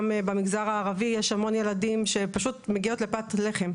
גם במגזר הערבי יש המון ילדים שפשוט מגיעות לפת לחם.